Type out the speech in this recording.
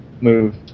move